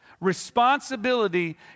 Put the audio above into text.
Responsibility